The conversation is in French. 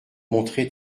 montrer